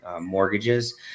mortgages